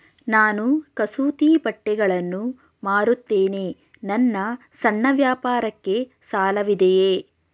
ನಾನು ಕಸೂತಿ ಬಟ್ಟೆಗಳನ್ನು ಮಾರುತ್ತೇನೆ ನನ್ನ ಸಣ್ಣ ವ್ಯಾಪಾರಕ್ಕೆ ಸಾಲವಿದೆಯೇ?